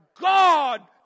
God